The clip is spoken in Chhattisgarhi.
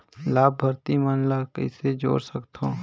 लाभार्थी मन ल कइसे जोड़ सकथव?